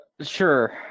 Sure